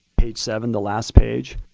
page seven, the last page.